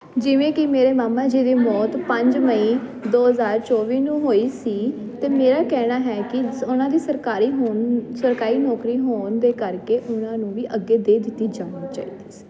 ਜਿਵੇਂ ਕਿ ਮੇਰੇ ਮਾਮਾ ਜੀ ਦੀ ਮੌਤ ਪੰਜ ਮਈ ਦੋ ਹਜਾਰ ਚੋਵੀ ਨੂੰ ਹੋਈ ਸੀ ਤੇ ਮੇਰਾ ਕਹਿਣਾ ਹੈ ਕਿ ਉਹਨਾਂ ਦੀ ਸਰਕਾਰੀ ਹੋਣ ਸਰਕਾਰੀ ਨੌਕਰੀ ਹੋਣ ਦੇ ਕਰਕੇ ਉਹਨਾਂ ਨੂੰ ਵੀ ਅੱਗੇ ਦੇ ਦਿੱਤੀ ਜਾਣੀ ਚਾਹੀਦੀ ਸੀ